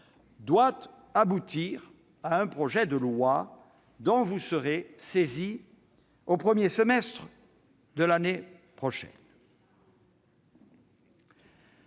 doit aboutir à un projet de loi, dont vous serez saisis au premier semestre de l'année prochaine.